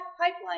pipeline